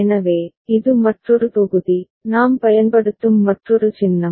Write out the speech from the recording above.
எனவே இது மற்றொரு தொகுதி நாம் பயன்படுத்தும் மற்றொரு சின்னம்